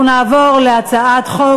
אנחנו נעבור להצעת חוק